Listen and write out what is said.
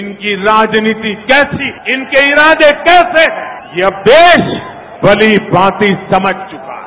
इनकी राजनीति कैसी है इनके इरादे कैसे हैं यह देश भली भांति समझ चुका है